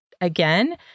again